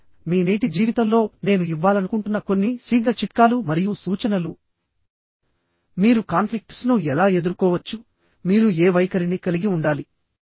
కాబట్టి మీ నేటి జీవితంలో నేను ఇవ్వాలనుకుంటున్న కొన్ని శీఘ్ర చిట్కాలు మరియు సూచనలుమీరు కాన్ఫ్లిక్ట్స్ ను ఎలా ఎదుర్కోవచ్చు మీరు ఏ వైఖరిని కలిగి ఉండాలి